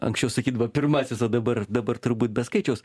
anksčiau sakydavo pirmasis o dabar dabar turbūt be skaičiaus